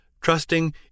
trusting